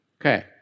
Okay